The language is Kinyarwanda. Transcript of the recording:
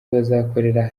bazakorera